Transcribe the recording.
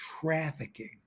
trafficking